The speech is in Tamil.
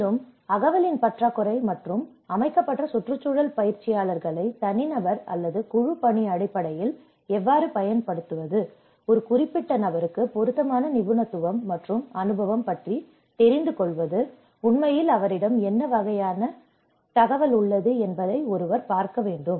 மேலும் அகவலின் பற்றாக்குறை மற்றும் அமைக்கப்பட்ட சுற்றுச்சூழல் பயிற்சியாளர்களை தனிநபர் அல்லது குழு பணி அடிப்படையில் எவ்வாறு பயன்படுத்துவது ஒரு குறிப்பிட்ட நபருக்கு பொருத்தமான நிபுணத்துவம் மற்றும் அனுபவம் பற்றி தெரிந்து கொள்வது உண்மையில் அவரிடம் என்ன வகையான தகவல் உள்ளது என்பதை ஒருவர் பார்க்க வேண்டும்